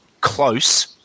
close